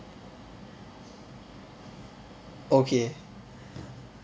okay